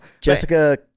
Jessica